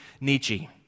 Nietzsche